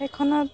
সেইখনত